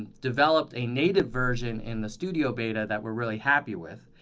developed a native version in the studio beta that we're really happy with.